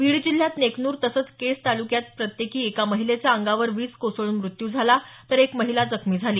बीड जिल्ह्यात नेकनूर तसंच केज तालुक्यात प्रत्येकी एका महिलेचा अंगावर वीज कोसळून मृत्यू झाला तर एक महिला जखमी झाली